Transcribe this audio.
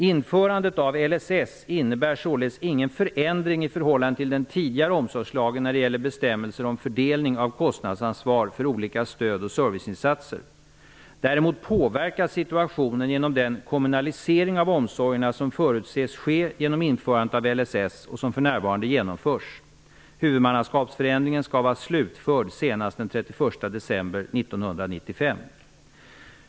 Införandet av LSS innebär således ingen förändring i förhållande till den tidigare omsorgslagen när det gäller bestämmelser om fördelning av kostnadsansvar för olika stöd och serviceinsatser. Däremot påverkas situationen av den kommunalisering av omsorgerna som förutses ske genom införandet av LSS och som för närvarande genomförs. Huvudmannaskapsförändringen skall vara slutförd senast den 31 december 1995.